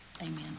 Amen